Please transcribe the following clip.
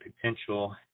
potential